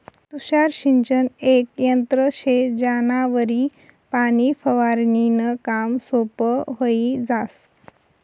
तुषार सिंचन येक यंत्र शे ज्यानावरी पाणी फवारनीनं काम सोपं व्हयी जास